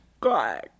god